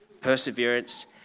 perseverance